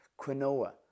quinoa